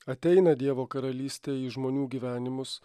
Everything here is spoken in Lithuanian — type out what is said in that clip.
ateina dievo karalystė į žmonių gyvenimus